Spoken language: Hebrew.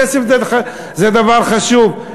כסף זה דבר חשוב.